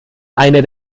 eine